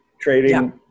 Trading